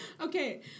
Okay